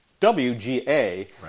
WGA